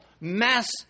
Mass